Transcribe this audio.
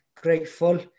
grateful